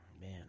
Man